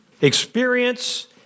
Experience